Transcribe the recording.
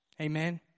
Amen